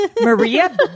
Maria